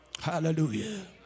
Hallelujah